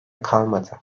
kalmadı